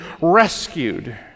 rescued